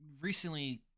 recently